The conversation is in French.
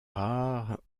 rare